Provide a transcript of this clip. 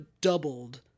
doubled